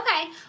Okay